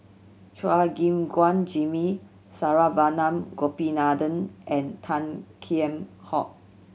Chua Gim Guan Jimmy Saravanan Gopinathan and Tan Kheam Hock